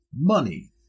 Money